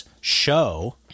Show